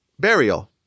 burial